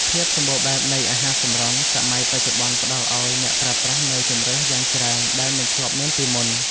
ភាពសម្បូរបែបនៃអាហារសម្រន់សម័យបច្ចុប្បន្នផ្តល់ឱ្យអ្នកប្រើប្រាស់នូវជម្រើសយ៉ាងច្រើនដែលមិនធ្លាប់មានពីមុន។